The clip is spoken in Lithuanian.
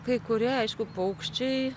kai kurie aišku paukščiai